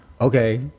okay